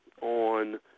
on